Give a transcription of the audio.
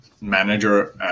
manager